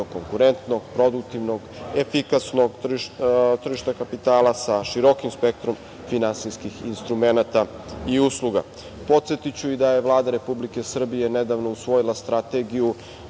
konkurentnog, produktivnog, efikasnog tržišta kapitala sa širokim spektrom finansijskih instrumenata i usluga. Podsetiću i da je Vlada Republike Srbije nedavno usvojila Strategiju